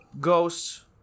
ghosts